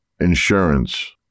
Insurance